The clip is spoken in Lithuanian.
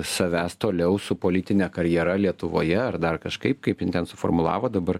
savęs toliau su politine karjera lietuvoje ar dar kažkaip kaip jin ten suformulavo dabar